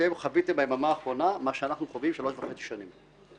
אתם חוויתם ביממה האחרונה מה שאנחנו חווים שלוש וחצי שנים.